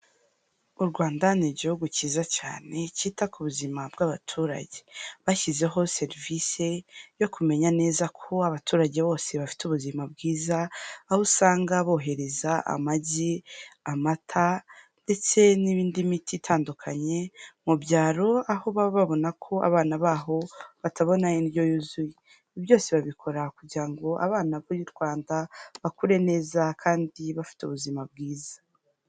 U Rwanda ni igihugu kiza cyane kita ku buzima bw'abaturage bashyizeho serivise yo kumenya neza ko abaturage bose bafite ubuzima bwiza aho usanga bohereza amagi, amata ndetse n'indi miti itandukanye mu byaro aho baba babona ko abana baho batabona indyo yuzuye, ibi byose babikora kugira ngo abana ba b'u Rwanda bakure neza kandi bafite ubuzima bwiza.